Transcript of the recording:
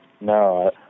No